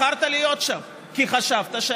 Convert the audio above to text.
בחרת להיות שם כי חשבת,